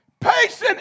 patient